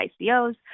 ICOs